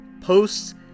posts